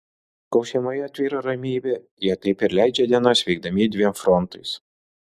kol šeimoje tvyro ramybė jie taip ir leidžia dienas veikdami dviem frontais